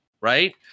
right